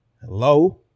Hello